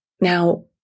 Now